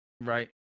right